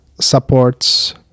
supports